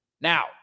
Now